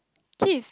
Keith